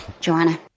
Joanna